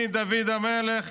מדוד המלך,